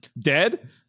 dead